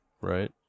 right